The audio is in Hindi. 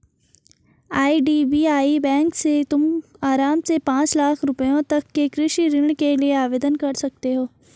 आई.डी.बी.आई बैंक से तुम आराम से पाँच लाख रुपयों तक के कृषि ऋण के लिए आवेदन कर सकती हो